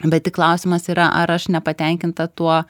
bet tik klausimas yra ar aš nepatenkinta tuo